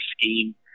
scheme